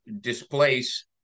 displace